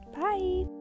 bye